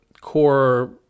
core